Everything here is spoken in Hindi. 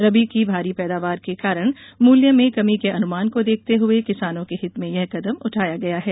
रबी की भारी पैदावार के कारण मूल्य में कमी के अनुमान को देखते हुए किसानों के हित में यह कदम उठाया गया है